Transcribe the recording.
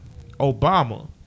Obama